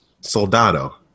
Soldado